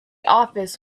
office